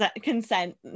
consent